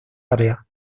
área